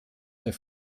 der